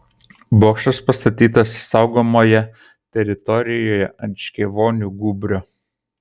bokštas pastatytas saugomoje teritorijoje ant škėvonių gūbrio